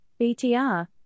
BTR